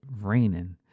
raining